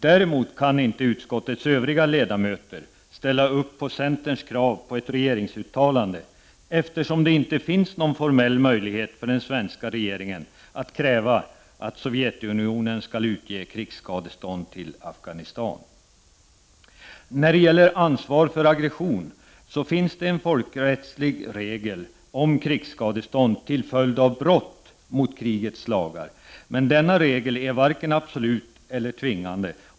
Däremot kan inte utskottets övriga ledamöter ställa upp på centerns krav på ett regeringsuttalande, eftersom det inte finns någon formell möjlighet för den svenska regeringen att kräva att Sovjetunionen skall utge krigsskadestånd till Afghanistan. När det gäller ansvar för aggression finns det en folkrättslig regel om krigsskadestånd till följd av brott mot krigets lagar, men denna regel är varken absolut eller tvingande.